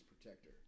protector